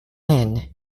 lynn